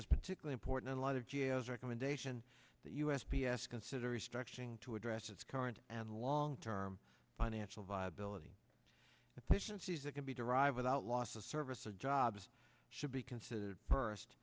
is particularly important in light of gio's recommendation that u s p s consider restructuring to address its current and long term financial viability efficiencies that can be derived without loss of services jobs should be considered first